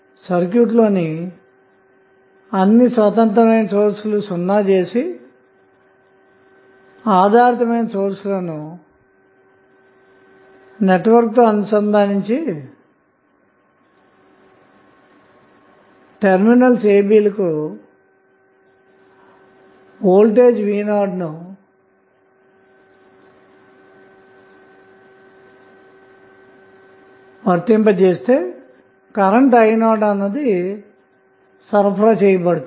circuit లోని అన్ని స్వతంత్రమైన సోర్స్ లు సున్నా చేసి ఆధారితమైన సోర్స్ లను నెట్వర్క్తో అనుసంధానించి టెర్మినల్ ab లకు వోల్టేజ్ v 0 ను వర్తింపచేస్తే కరెంటు i 0సరఫరా చేయబడుతుంది